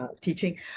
teaching